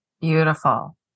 Beautiful